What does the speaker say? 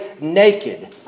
naked